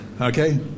Okay